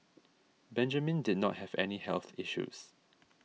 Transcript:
Benjamin did not have any health issues